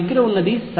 నా దగ్గర ఉన్నది